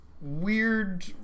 weird